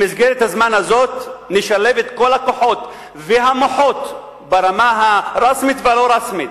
שבמסגרתה נשלב את כל הכוחות והמוחות ברמה הרשמית והלא-רשמית